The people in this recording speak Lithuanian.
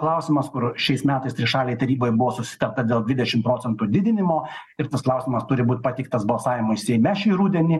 klausimas kur šiais metais trišalėj taryboj buvo susitarta dėl dvidešim procentų didinimo ir tas klausimas turi būt pateiktas balsavimui seime šį rudenį